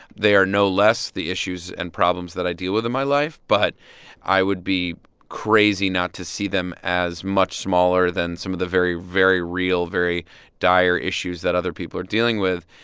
they are no less, the issues and problems that i deal with in my life, but i would be crazy not to see them as much smaller than some of the very, very real, very dire issues that other people are dealing with.